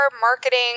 marketing